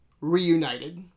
reunited